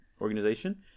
Organization